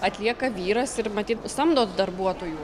atlieka vyras ir matyt samdot darbuotojų